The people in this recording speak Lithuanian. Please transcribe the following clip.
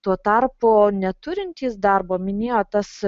tuo tarpu neturintys darbo minėjo tas